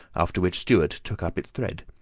after which stuart took up its thread.